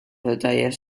detalles